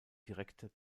direkter